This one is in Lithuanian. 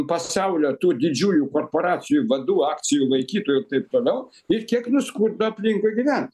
pasaulio tų didžiųjų korporacijų vadų akcijų laikytojų ir taip toliau ir kiek nuskurdo aplinkui gyvent